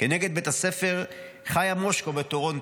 כנגד בית הספר "חיה מושקה" בטורונטו,